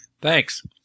thanks